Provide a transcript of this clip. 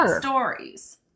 stories